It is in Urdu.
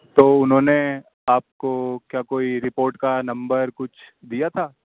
تو انہوں نے آپ کو کیا کوئی رپورٹ کا نمبر کچھ دیا تھا